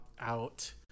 out